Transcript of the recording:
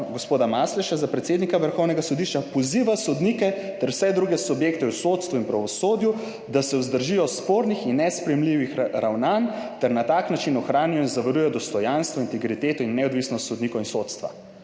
gospoda Masleše za predsednika Vrhovnega sodišča poziva sodnike ter vse druge subjekte v sodstvu in pravosodju, da se vzdržijo spornih in nesprejemljivih ravnanj ter na tak način ohranijo in zavarujejo dostojanstvo, integriteto in neodvisnost sodnikov in sodstva.